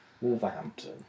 Wolverhampton